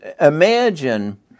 imagine